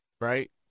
right